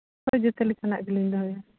ᱦᱳᱭ ᱡᱚᱛᱚ ᱞᱮᱠᱟᱱᱟᱜ ᱜᱮᱞᱤᱧ ᱫᱚᱦᱚᱭᱟ